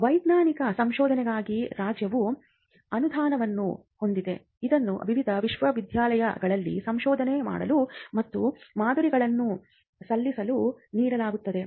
ವೈಜ್ಞಾನಿಕ ಸಂಶೋಧನೆಗಾಗಿ ರಾಜ್ಯವು ಅನುದಾನವನ್ನು ಹೊಂದಿದೆ ಇದನ್ನು ವಿವಿಧ ವಿಶ್ವವಿದ್ಯಾಲಯಗಳಿಗೆ ಸಂಶೋಧನೆ ಮಾಡಲು ಮತ್ತು ಮಾದರಿಗಳನ್ನು ಸಲ್ಲಿಸಲು ನೀಡಲಾಗುತ್ತದೆ